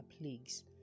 plagues